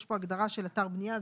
יש פה הגדרה של אתר בנייה,